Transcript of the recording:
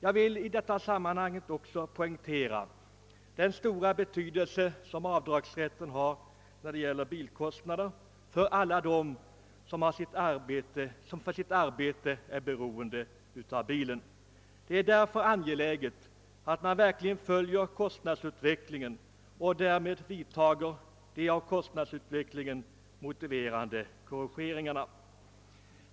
Jag vill poängtera den stora betydelse som rätten att göra avdrag för bilkostnader har för alla dem som för sitt arbete är beroende av bilen. Det är därför angeläget att man verkligen följer kostnadsutvecklingen och gör av denna motiverade korrigeringar.